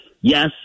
yes